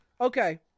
Okay